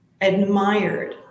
admired